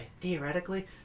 theoretically